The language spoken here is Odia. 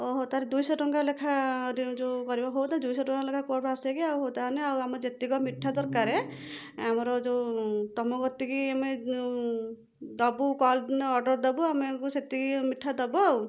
ଓହୋ ତାହେଲେ ଦୁଇଶହ ଟଙ୍କା ଲେଖା ଯେଉଁ କରିବ ହଉ ତ ଦୁଇଶହ ଟଙ୍କା ଲେଖା କୁଆଡ଼େ ଆସେକି ଆଉ ତାହେନେ ଆଉ ଆମେ ଯେତିକ ମିଠା ଦରକାରରେ ଆମର ଯେଉଁ ତମ କତିକି ଆମେ ଦବୁ କଲ ଅର୍ଡ଼ର ଦବୁ ଆମକୁ ସେତିକି ମିଠା ଦବ ଆଉ